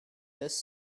this